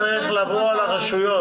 הנטל הזה צריך לבוא על הרשויות.